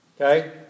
Okay